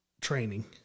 training